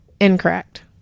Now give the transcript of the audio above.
Incorrect